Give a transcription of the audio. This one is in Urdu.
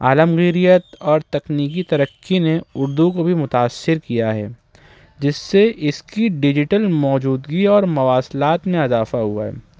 عالمگیریت اور تکنیکی ترقی نے اردو کو بھی متاثر کیا ہے جس سے اس کی ڈیجیٹل موجودگی اور مواسلات میں اضافہ ہوا ہے